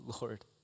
Lord